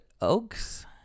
Oaks –